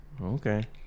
Okay